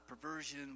perversion